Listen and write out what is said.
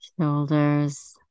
shoulders